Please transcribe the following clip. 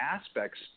aspects